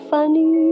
Funny